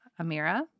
Amira